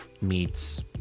meets